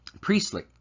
priestly